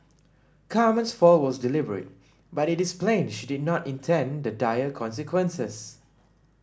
Carmen's fall was deliberate but it is plain she did not intend the dire consequences